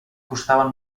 costaven